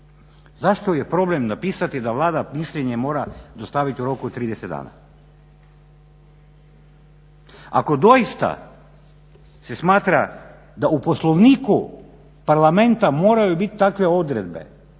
Zašto je problem napisati da Vlada mišljenje mora dostaviti u roku od 30 dana? Ako doista se smatra da u Poslovniku Parlamenta moraju biti takve odredbe